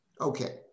Okay